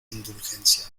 indulgencia